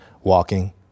walking